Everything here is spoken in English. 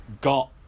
got